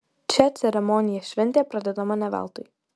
šia ceremonija šventė pradedama ne veltui